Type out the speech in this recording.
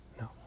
No